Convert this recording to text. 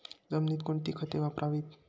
जमिनीत कोणती खते वापरावीत?